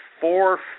four